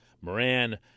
Moran